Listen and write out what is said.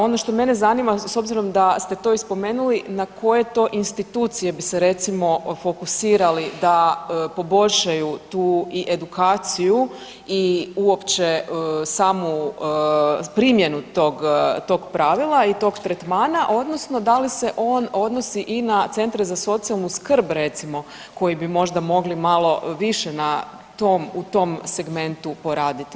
Ono što mene zanima s obzirom da ste to i spomenuli, na koje to institucije bi se recimo fokusirali da poboljšaju tu i edukaciju i uopće samu primjenu tog pravila i tog tretmana odnosno da li se on odnosi i na centre za socijalnu skrb recimo koji bi možda mogli malo više na tom, u tom segmentu poraditi na to.